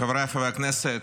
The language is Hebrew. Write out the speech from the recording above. חבריי חברי הכנסת,